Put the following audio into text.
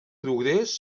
progrés